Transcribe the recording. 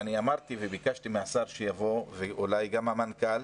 אני אמרתי וביקשתי מהשר שיבוא ואולי גם המנכ"ל.